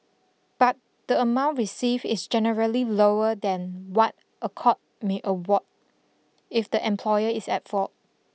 but the amount received is generally lower than what a court may award if the employer is at fault